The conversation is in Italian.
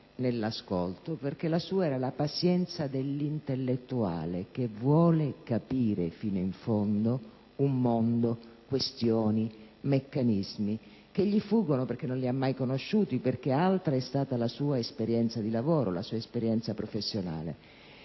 nell'ascolto, perché la sua era la pazienza dell'intellettuale, che vuole capire fino in fondo un mondo, questioni, meccanismi, che gli sfuggono perché non li ha mai conosciuti, perché altra è stata la sua esperienza di lavoro, la sua esperienza professionale.